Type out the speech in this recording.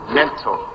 mental